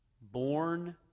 born